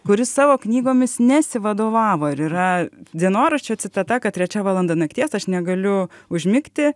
kuris savo knygomis nesivadovavo ir yra dienoraščio citata kad trečia valanda nakties aš negaliu užmigti